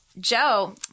Joe